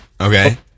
okay